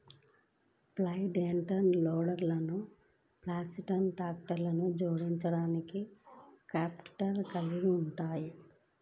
front end లోడర్లు farm ట్రాక్టర్లకు జోడించడానికి కాంపాక్ట్ కలిగి ఉంటాయి